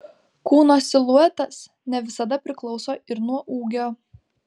kūno siluetas ne visada priklauso ir nuo ūgio